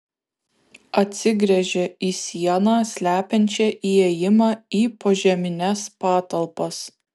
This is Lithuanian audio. atsigręžė į sieną slepiančią įėjimą į požemines patalpas